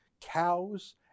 Cows